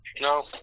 No